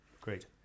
Great